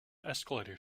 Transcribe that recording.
escalator